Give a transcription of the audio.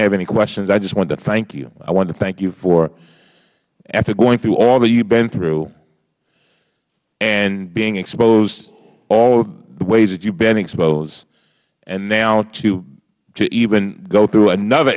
have any questions i just wanted to thank you i wanted to thank you after going through all that you have been through and being exposed all the ways that you have been exposed and now to even go through another